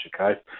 okay